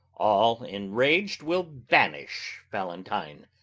all enrag'd, will banish valentine,